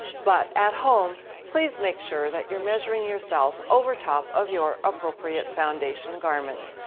but at home please make sure that you're measuring yourself over top of your appropriate foundation garments.